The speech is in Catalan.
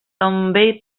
també